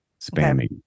spamming